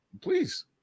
Please